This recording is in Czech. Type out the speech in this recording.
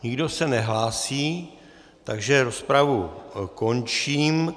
Nikdo se nehlásí, takže rozpravu končím.